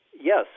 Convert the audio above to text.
Yes